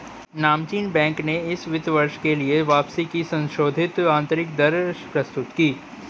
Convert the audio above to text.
नामचीन बैंक ने इस वित्त वर्ष के लिए वापसी की संशोधित आंतरिक दर प्रस्तुत की